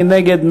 מי נגד?